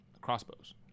crossbows